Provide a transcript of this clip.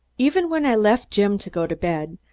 even when i left jim, to go to bed,